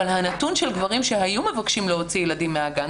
אבל הנתון של גברים שהיו מבקשים להוציא ילדים מהגן,